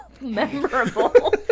memorable